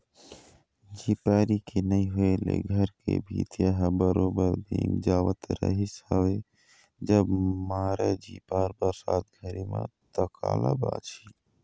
झिपारी के नइ होय ले घर के भीतिया ह बरोबर भींग जावत रिहिस हवय जब मारय झिपार बरसात घरी म ता काला बचही